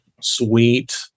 sweet